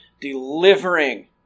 delivering